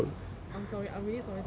I'm sorry I'm really sorry to miss ng